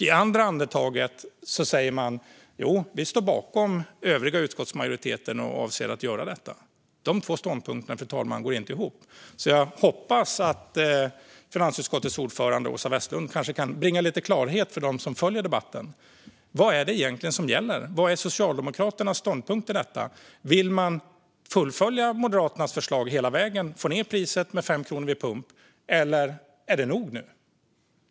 I andra andetaget säger man: Jo, vi står bakom den övriga utskottsmajoriteten och avser att göra detta. De två ståndpunkterna, fru talman, går inte ihop. Jag hoppas att finansutskottets ordförande Åsa Westlund kan bringa lite klarhet till dem som följer debatten. Vad är det egentligen som gäller? Vad är Socialdemokraternas ståndpunkt i detta? Vill man fullfölja Moderaternas förslag hela vägen och få ned priset med 5 kronor vid pump, eller är det nog nu?